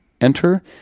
Enter